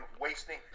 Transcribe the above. wasting